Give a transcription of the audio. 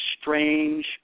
strange